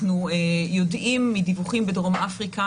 אנחנו יודעים מדיווחים בדרום אפריקה